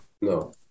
No